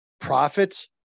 Profits